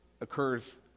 occurs